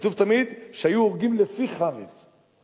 כתוב תמיד שהיו הורגים לפי חרב.